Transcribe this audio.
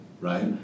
right